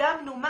קידמנו משהו.